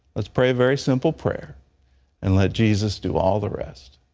let's pray very simple prayer and let jesus do all the rest.